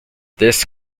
this